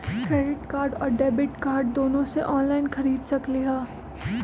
Credit card और debit card दोनों से ऑनलाइन खरीद सकली ह?